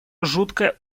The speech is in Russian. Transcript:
жуткое